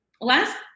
last